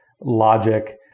logic